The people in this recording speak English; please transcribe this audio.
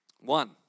One